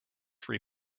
free